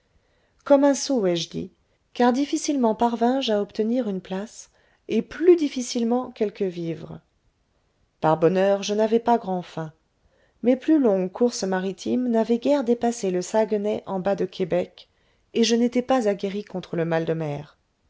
comme un sot ai-je dit car difficilement parvins je à obtenir une place et plus difficilement quelques vivres par bonheur je n'avais pas grand'faim mes plus longues courses maritimes n'avaient guère dépassé le saguenay en bas de québec et je n'étais pas aguerri contre le mal de mer